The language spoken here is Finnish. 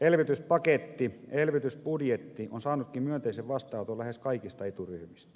elvytyspaketti elvytysbudjetti on saanutkin myönteisen vastaanoton lähes kaikista eturyhmistä